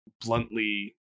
bluntly